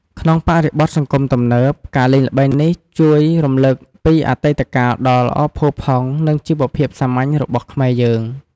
ក្នុងបរិបទសង្គមទំនើប ការលេងល្បែងនេះជួយរំលឹកពីអតីតកាលដ៏ល្អផូរផង់ និងជីវភាពសាមញ្ញរបស់ខ្មែរយើង។